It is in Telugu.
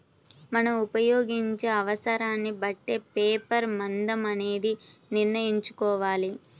మనం ఉపయోగించే అవసరాన్ని బట్టే పేపర్ మందం అనేది నిర్ణయించుకోవాలి